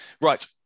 right